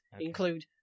include